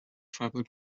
tribal